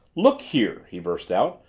look here! he burst out,